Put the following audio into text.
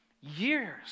Years